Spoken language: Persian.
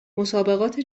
مسابقات